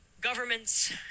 governments